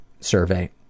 Survey